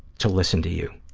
to listen to you.